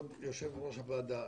כבוד יושב-ראש הוועדה,